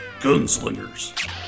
gunslingers